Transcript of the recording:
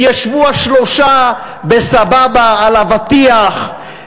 וישבו השלושה בסבבה על אבטיח,